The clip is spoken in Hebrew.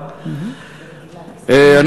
האוצר,